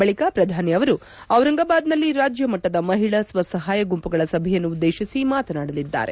ಬಳಕ ಪ್ರಧಾನಿ ಅವರು ದಿರಂಗಾಬಾದ್ನಲ್ಲಿ ರಾಜ್ಯಮಟ್ಟದ ಮಹಿಳಾ ಸ್ವಸಹಾಯ ಗುಂಪುಗಳ ಸಭೆಯನ್ನುದ್ದೇತಿಸಿ ಮಾತನಾಡಲಿದ್ದಾರೆ